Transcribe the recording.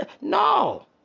no